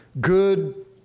good